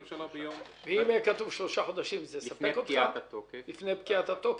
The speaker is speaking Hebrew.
שלו --- אם יהיה כתוב שלושה חודשים לפני פקיעת התוקף,